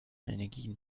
energien